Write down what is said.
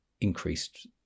increased